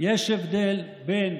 יש הבדל בין